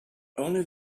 only